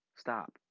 stop